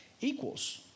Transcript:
equals